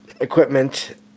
equipment